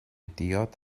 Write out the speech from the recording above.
diod